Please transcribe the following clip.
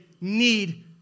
need